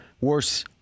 Worse